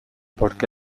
porque